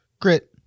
grit